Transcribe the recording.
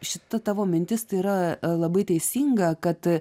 šita tavo mintis tai yra labai teisinga kad